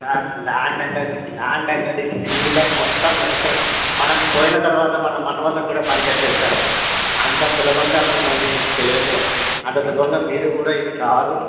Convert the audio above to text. sir land అనేది land అనేది జీవితం మొత్తం నడిచిన మనం పోయిన తర్వాత మన మనవాళ్ళకి పనికొచ్చేది సార్ అది అంత సులభంగా మిమ్మల్ని చేయము అంత సులభంగా మీరు కూడా ఈడికి రారు